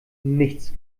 nichts